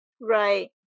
right